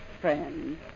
friends